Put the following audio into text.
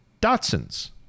Datsuns